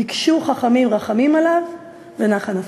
ביקשו חכמים רחמים עליו, ונחה נפשו.